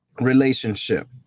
relationship